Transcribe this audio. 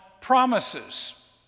promises